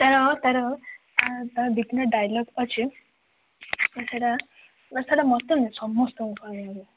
ତାର ତାର ତାର ଦୁଇ ତିନିଟା ଡାଇଲଗ୍ ଅଛେ ତ ସେଇଟା ତ ସେଇଟା ମୋତେ ନାହିଁ ସମସ୍ତଙ୍କୁ ଭଲଲାଗେ